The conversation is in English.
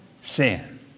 sin